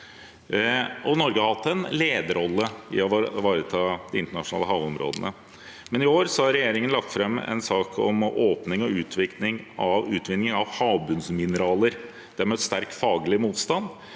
Norge har hatt en lederrolle i å ivareta de internasjonale havområdene, men i år har regjeringen lagt fram en sak om åpning og utvinning av havbunnsmineraler. Det har møtt sterk faglig motstand,